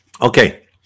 Okay